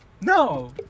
No